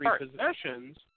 repossessions